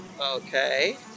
Okay